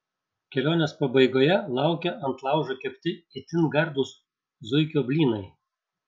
kelionės pabaigoje laukia ant laužo kepti itin gardūs zuikio blynai